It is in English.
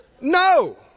No